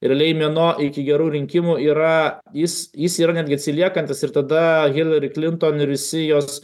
realiai mėnuo iki gerų rinkimų yra jis jis yra netgi atsiliekantis ir tada hilari klinton ir visi jos